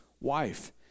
wife